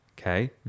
Okay